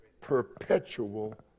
perpetual